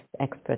expert